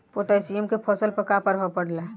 Potassium के फसल पर का प्रभाव पड़ेला?